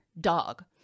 dog